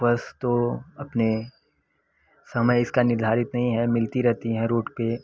बस तो अपने समय इसका निर्धारित नहीं है मिलती रहती हैं रोड पर